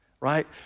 right